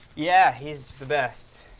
yeah, he's the best.